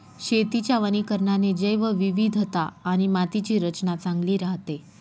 शेतीच्या वनीकरणाने जैवविविधता आणि मातीची रचना चांगली राहते